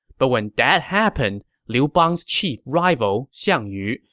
but when that happened, liu bang's chief rival, xiang yu,